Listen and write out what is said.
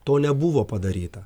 to nebuvo padaryta